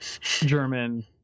German